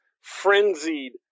frenzied